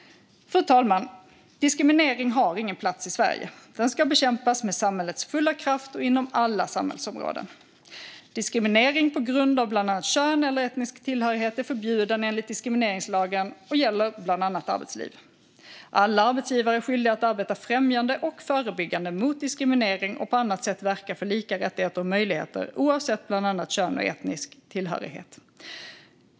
Fru talman! Diskriminering har ingen plats i Sverige. Den ska bekämpas med samhällets fulla kraft och inom alla samhällsområden. Diskriminering på grund av bland annat kön eller etnisk tillhörighet är förbjuden enligt diskrimineringslagen och gäller bland annat arbetsliv. Alla arbetsgivare är skyldiga att arbeta främjande och förebyggande mot diskriminering och på annat sätt verka för lika rättigheter och möjligheter oavsett bland annat kön och etnisk tillhörighet.